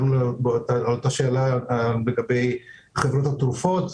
שום קשר לחברות התרופות,